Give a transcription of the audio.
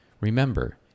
Remember